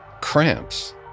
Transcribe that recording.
cramps